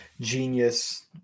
genius